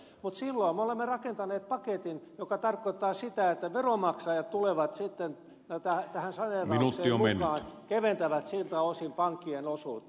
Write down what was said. mutta silloin me olemme rakentaneet paketin joka tarkoittaa sitä että veronmaksajat tulevat sitten tähän saneeraukseen mukaan keventävät siltä osin pankkien osuutta